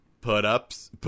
put-ups